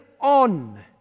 on